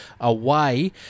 away